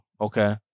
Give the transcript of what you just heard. Okay